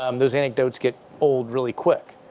um those anecdotes get old really quick.